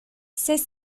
ses